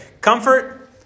Comfort